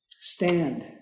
stand